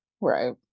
Right